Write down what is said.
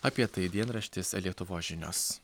apie tai dienraštis lietuvos žinios